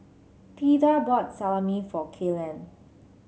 Theda bought Salami for Kaylen